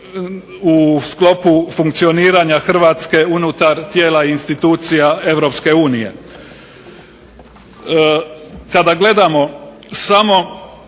u sklopu funkcioniranja Hrvatske unutar tijela i institucija EU. Kada gledamo samo